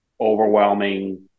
overwhelming